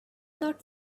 not